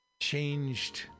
changed